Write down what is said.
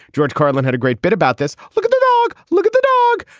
george carlin had a great bit about this. look at the dog. look at the dog.